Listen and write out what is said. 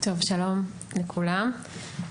אני שמחה על הדיון הזה,